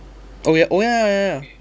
oh ya oh ya ya ya ya